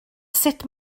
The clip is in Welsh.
sut